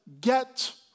Get